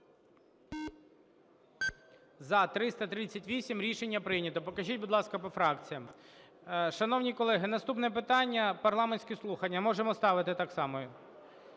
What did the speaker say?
За-338 Рішення прийнято. Покажіть, будь ласка, по фракціях. Шановні колеги, наступне питання – парламентські слухання. Можемо ставити так само